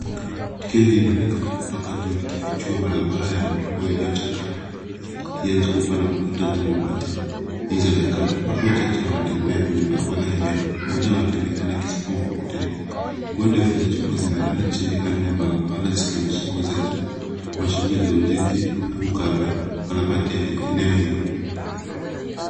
Picha hii linaonekana kutoka juu likifichua barabara ya udongo iliyochakaa ikizungukwa na kuta za mabati zilizochakaa. Watu wachache wanatembea kwenye barabara hiyo mmoja wao akionekana akisukuma mkokoteni. Nguzo ndefu za chuma zimelala chini kando ya barabara zikionyesha uwezekano wa shughuli za ujenzi au ukarabati ya eneo hilo.